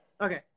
okay